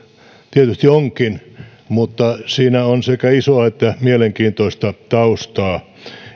tietysti onkin mutta siinä on sekä isoa että mielenkiintoista taustaa